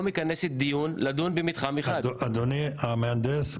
מכנסת דיון לדון במתחם 1. אדוני המהנדס,